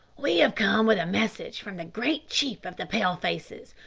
we have come with a message from the great chief of the pale-faces,